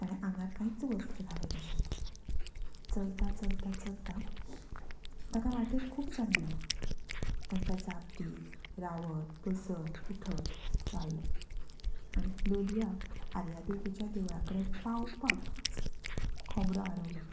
ताणें आंगार कांयच वस्त्र घाल्लें नाशिल्लें चलता चलता चलता ताका वाटेर खूप जाण मेळे तांकां जाप दीत रावत बसत उठत तो आयलो आनी लोलया आर्यादुर्गेच्या देवळा कडेन पावपाकच कोमडो आरवलो